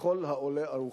ככל העולה על רוחך,